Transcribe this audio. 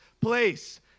place